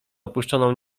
opuszczoną